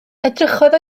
edrychodd